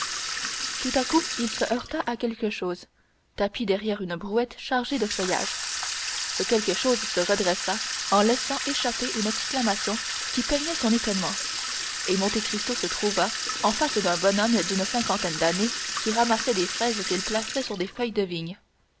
tout à coup il se heurta à quelque chose tapi derrière une brouette chargée de feuillage ce quelque chose se redressa en laissant échapper une exclamation qui peignait son étonnement et monte cristo se trouva en face d'un bonhomme d'une cinquantaine d'années qui ramassait des fraises qu'il plaçait sur des feuilles de vigne